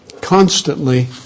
Constantly